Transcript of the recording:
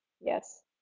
Yes